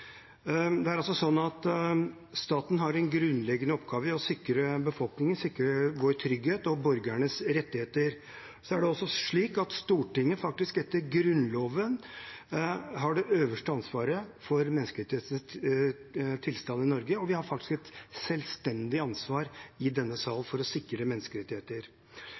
Staten har en grunnleggende oppgave i å sikre befolkningen, sikre vår trygghet og borgernes rettigheter. Det er også slik at Stortinget etter Grunnloven har det øverste ansvaret for menneskerettighetstilstanden i Norge, og vi har faktisk et selvstendig ansvar i denne sal for å sikre